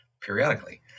periodically